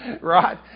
Right